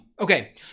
Okay